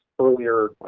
earlier